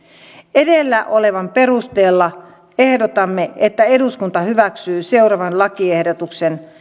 edellä olevan perusteella ehdotamme että eduskunta hyväksyy seuraavan lakiehdotuksen